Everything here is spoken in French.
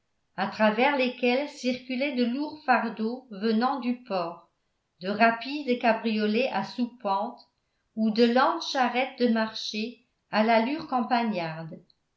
à travers lesquelles circulaient de lourds fardeaux venant du port de rapides cabriolets à soupente ou de lentes charrettes de marché à l'allure campagnarde